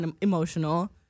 emotional